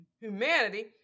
humanity